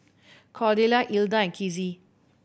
Cordella Hilda and Kizzy